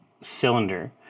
cylinder